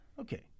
Okay